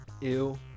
Ew